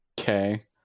Okay